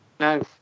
No